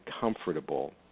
comfortable